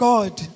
God